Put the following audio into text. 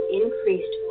increased